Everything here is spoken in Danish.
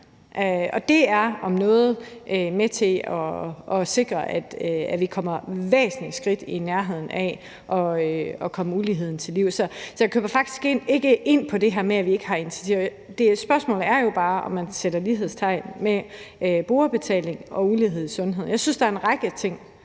det er om noget med til at sikre, at vi kommer et væsentligt skridt tættere på at komme uligheden til livs. Så jeg køber faktisk ikke ind på det her med, at vi ikke har initiativer. Spørgsmålet er jo bare, om man sætter lighedstegn mellem brugerbetaling og ulighed i sundhed. Jeg synes, der er en række ting,